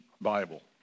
Bible